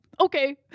Okay